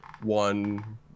one